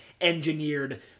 engineered